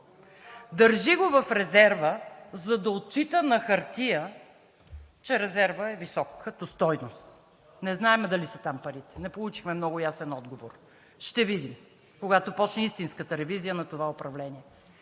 Държи го в резерва, за да отчита на хартия, че резервът е висок като стойност. Не знаем дали са там парите, не получихме много ясен отговор. Ще видим, когато започне истинската ревизия на това управление.